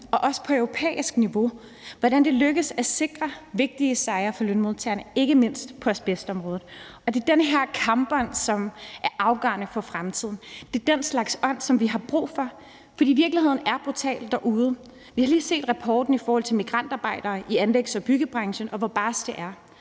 og også på europæisk niveau, hvordan det lykkes at sikre vigtige sejre for lønmodtagerne, ikke mindst på asbestområdet, og det er den her kampånd, som er afgørende for fremtiden. Det er den slags ånd, som vi har brug for. For virkeligheden er brutal derude. Vi har lige set rapporten i forhold til migrantarbejdere i anlægs- og byggebranchen, og hvor barsk det er.